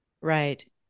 Right